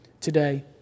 today